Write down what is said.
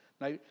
now